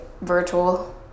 virtual